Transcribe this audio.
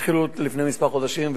התחילו לפני כמה חודשים,